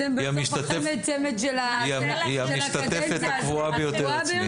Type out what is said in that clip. היא המשתתפת הקבועה ביותר אצלי.